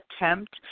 attempt